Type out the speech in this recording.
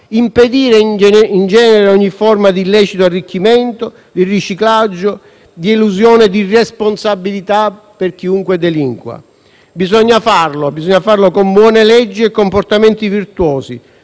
impedire in genere ogni forma di illecito arricchimento, di riciclaggio, di elusione di responsabilità per chiunque delinqua; bisogna farlo. Bisogna farlo con buone leggi e comportamenti virtuosi,